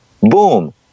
boom